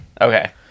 Okay